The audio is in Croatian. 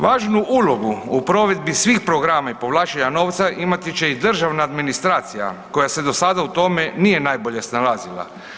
Važnu ulogu u provedbi svih programa i povlačenja novca, imati će i državna administracija koja se dosada u tome nije najbolje snalazila.